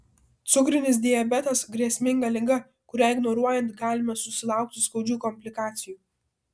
cukrinis diabetas grėsminga liga kurią ignoruojant galime susilaukti skaudžių komplikacijų